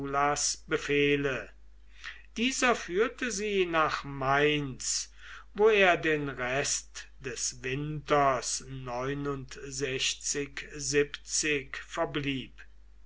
befehle dieser führte sie nach mainz wo er den rest des winters verblieb